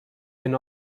can